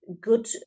Good